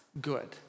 good